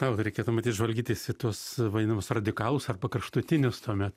na reikėtų matyt žvalgytis į tuos vadinamus radikalus arba kraštutinius tuomet